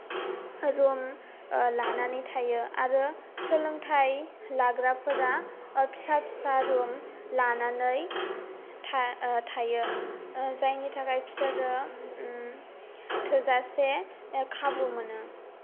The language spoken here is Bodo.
रुम लानानै थायो आरो सोलोंथाय लाग्राफोरा फिसा फिसा रुम लानानै थायो जायनि थाखाय बिसोरो थोजासे खाबु मोनो